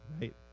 right